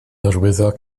hyrwyddo